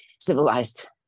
civilized